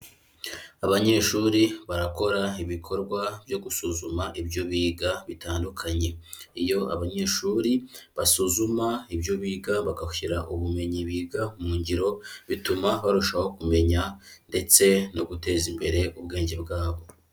Abanyeshuri barakora ibikorwa byo gusuzuma ibyo biga bitandukanye, iyo abanyeshuri basuzuma ibyo biga bagashyira ubumenyi biga mu ngiro, bituma barushaho kumenya ndetse no guteza imbere ubwenge bwabo.